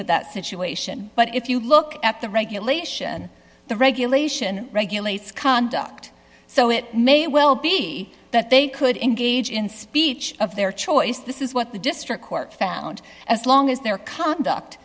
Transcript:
with that situation but if you look at the regulation the regulation regulates conduct so it may well be that they could engage in speech of their choice this is what the district court found as long as their conduct